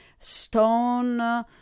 stone